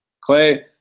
Clay